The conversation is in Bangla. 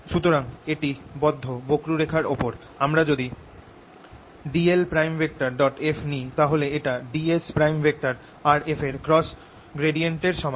সুতরাং একটি বদ্ধ বক্ররেখার উপর আমরা যদি dl'f নি তাহলে এটা ds' আর f এর ক্রস গ্রেডিয়েন্টের সমান